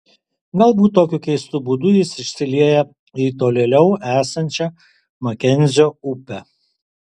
galbūt tokiu keistu būdu jis išsilieja į tolėliau esančią makenzio upę